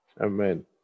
Amen